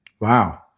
Wow